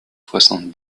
soixante